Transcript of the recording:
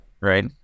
right